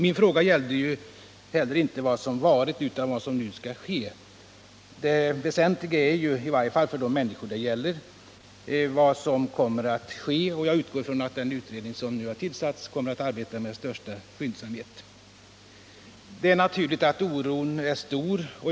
Min fråga gällde heller inte vad som varit utan vad som nu skall ske. Det väsentliga är ju, i varje fall för de människor det gäller, vad som kommer att ske. Jag utgår från att den utredning som nu har tillsatts kommer att arbeta med största skyndsamhet. Det är naturligt att oron är stor.